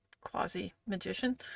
quasi-magician